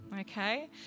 okay